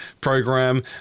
Program